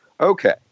Okay